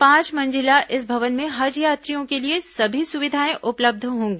पांच मंजिला इस भवन में हज यात्रियों के लिए सभी सुविधाएं उपलब्ध होंगी